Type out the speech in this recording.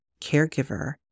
caregiver